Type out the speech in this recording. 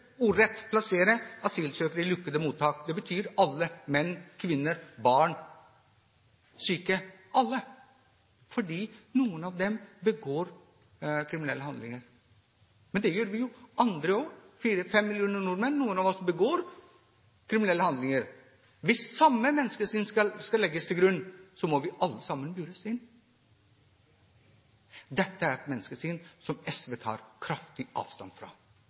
asylsøkere i lukkede mottak». Det betyr alle – menn, kvinner, barn, syke – alle – fordi noen av dem begår kriminelle handlinger. Men det gjør jo andre også – fire, fem millioner nordmenn. Noen av dem begår kriminelle handlinger. Hvis det samme menneskesyn skal legges til grunn, må vi alle sammen bures inne. Dette er et menneskesyn som SV tar kraftig avstand fra.